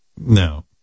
No